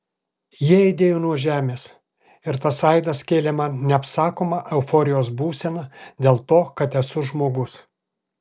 jie aidėjo nuo žemės ir tas aidas kėlė man neapsakomą euforijos būseną dėl to kad esu žmogus